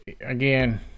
again